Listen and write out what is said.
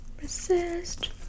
Resist